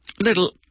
little